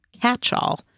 catch-all